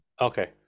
Okay